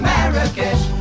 Marrakesh